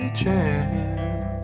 chance